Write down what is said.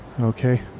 Okay